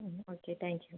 okay thank you